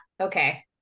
okay